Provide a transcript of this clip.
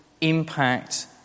impact